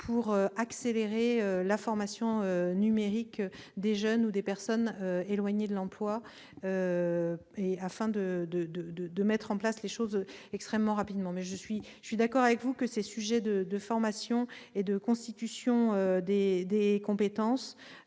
pour accélérer la formation numérique des jeunes ou des personnes éloignées de l'emploi, afin de mettre les choses en place extrêmement rapidement. Je suis d'accord avec vous, la formation et la constitution de compétences